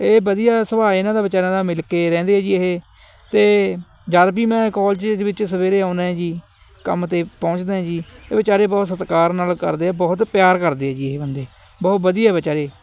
ਇਹ ਵਧੀਆ ਸੁਭਾਅ ਏ ਇਹਨਾਂ ਦਾ ਵਿਚਾਰਿਆਂ ਦਾ ਮਿਲ ਕੇ ਰਹਿੰਦੇ ਆ ਜੀ ਇਹ ਅਤੇ ਜਦ ਵੀ ਮੈਂ ਕੋਲਜ ਵਿੱਚ ਸਵੇਰੇ ਆਉਂਦਾ ਏ ਜੀ ਕੰਮ 'ਤੇ ਪਹੁੰਚਦਾ ਜੀ ਉਹ ਚਾਰੇ ਬਹੁਤ ਸਤਿਕਾਰ ਨਾਲ ਕਰਦੇ ਆ ਬਹੁਤ ਪਿਆਰ ਕਰਦੇ ਆ ਜੀ ਇਹ ਬੰਦੇ ਬਹੁਤ ਵਧੀਆ ਵਿਚਾਰੇ